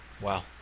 Wow